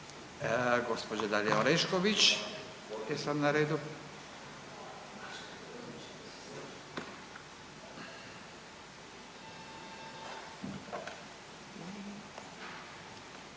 Gospođa Dalija Orešković je sad na redu.